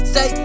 Say